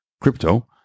Crypto